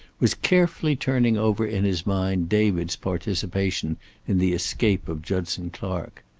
was carefully turning over in his mind david's participation in the escape of judson clark.